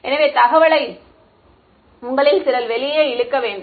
எனவே தகவளை உங்களில் சிலர் வெளியே இழுக்க வேண்டும்